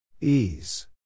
Ease